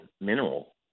mineral